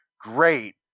great